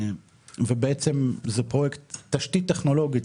בעצם זה פרויקט תשתית טכנולוגית,